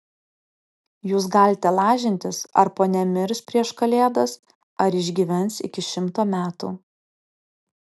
jūs galite lažintis ar ponia mirs prieš kalėdas ar išgyvens iki šimto metų